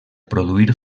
produir